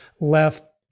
left